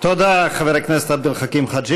לפחות שיקבלו את זה במתנה,